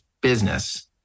business